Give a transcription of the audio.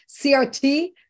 CRT